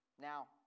Now